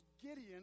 Gideon